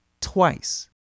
Twice